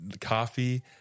coffee